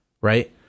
right